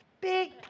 Big